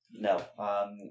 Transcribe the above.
No